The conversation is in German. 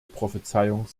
prophezeiung